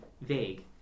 vague